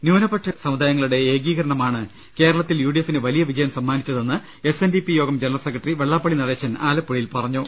ന്യൂനപക്ഷ സമുദായങ്ങളുടെ ഏകീകരണമാണ് കേരളത്തിൽ യു ഡി എഫിന് വലിയ വിജയം സമ്മാനിച്ചതെന്ന് എസ് എൻ ഡി പി യോഗം ജനറൽ സെക്രട്ടറി വെള്ളാപ്പള്ളി നടേശൻ ആലപ്പുഴയിൽ ്പറഞ്ഞു